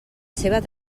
seva